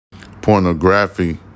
pornography